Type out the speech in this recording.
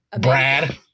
Brad